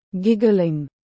Giggling